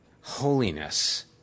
holiness